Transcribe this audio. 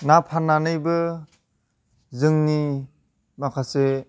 ना फान्नानैबो जोंनि माखासे